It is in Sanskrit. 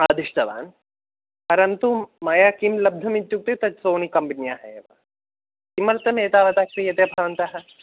आदिष्टवान् परन्तु मया किं लब्धम् इत्युक्ते तत् सोनि कम्पन्याः किमर्थं एतावता क्रीयते भवन्तः